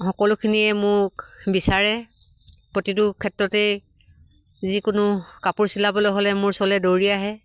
সকলোখিনিয়ে মোক বিচাৰে প্ৰতিটো ক্ষেত্ৰতেই যিকোনো কাপোৰ চিলাবলৈ হ'লে মোৰ ওচৰলৈ দৌৰি আহে